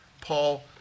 Paul